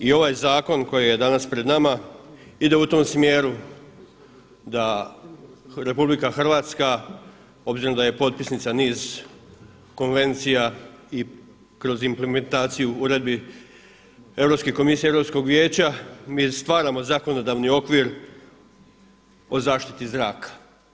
I ovaj zakon koji je danas pred nama ide u tom smjeru da RH obzirom da je potpisnica niz konvencija i kroz implementaciju uredbi Europske komisije, Europskog vijeća, mi stvaramo zakonodavni okvir o zaštiti zraka.